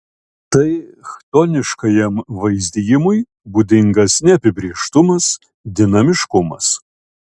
tai chtoniškajam vaizdijimui būdingas neapibrėžtumas dinamiškumas